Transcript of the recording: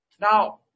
Now